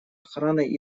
охраной